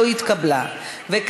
חיים ילין,